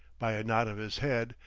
by a nod of his head,